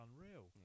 unreal